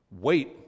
wait